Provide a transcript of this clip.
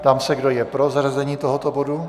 Ptám se, kdo je pro zařazení tohoto bodu.